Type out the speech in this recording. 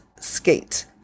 skate